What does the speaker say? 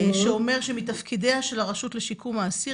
שאומר שמתפקידיה של הרשות לשיקום האסיר